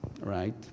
right